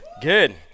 Good